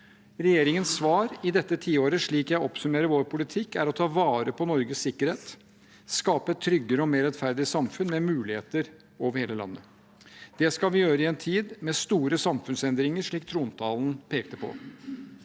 Regjeringens svar i dette tiåret, slik jeg oppsummerer vår politikk, er å ta vare på Norges sikkerhet og skape et tryggere og mer rettferdig samfunn med muligheter over hele landet. Det skal vi gjøre i en tid med store samfunnsendringer, slik trontalen pekte på.